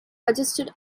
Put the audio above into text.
registered